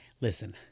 listen